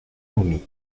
momies